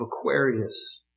Aquarius